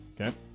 Okay